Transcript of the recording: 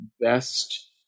best